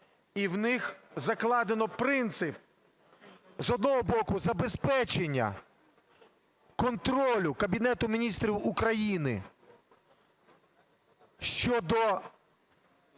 І в них закладено принцип, з одного боку, забезпечення контролю Кабінету Міністрів України щодо